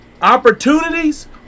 opportunities